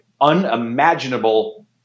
unimaginable